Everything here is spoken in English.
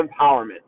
empowerment